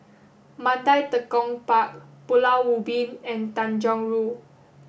Mandai Tekong Park Pulau Ubin and Tanjong Rhu